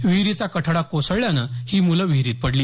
विहिरीचा कठडा कोसळल्यामुळे ही मुलं विहिरीत पडली